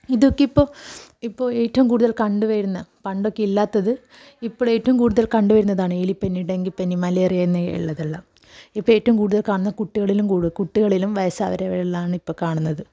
ഇതൊക്കെ ഇപ്പോൾ ഇപ്പം ഏറ്റവും കൂടുതൽ കണ്ടു വരുന്ന പണ്ടൊക്കെ ഇല്ലാത്തത് ഇപ്പോൾ ഏറ്റവും കൂടുതൽ കണ്ടു വരുന്നതാണ് എലിപ്പനി ഡെങ്കിപ്പനി മലേറിയ എന്നിവയുള്ളതെല്ലാം ഇപ്പോൾ ഏറ്റവും കൂടുതൽ കാണുന്നത് കുട്ടികളിലും കൂടു കുട്ടികളിലും വയസ്സായവരിലുമാണ് ഇപ്പം കാണുന്നത്